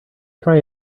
try